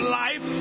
life